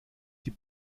die